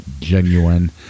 genuine